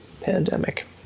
pandemic